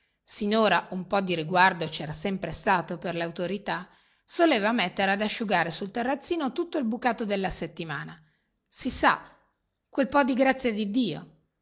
sinora un po di riguardo cera sempre stato per le autorità soleva mettere ad asciugare sul terrazzino tutto il bucato della settimana si sa quel po di grazia di dio